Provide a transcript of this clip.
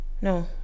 No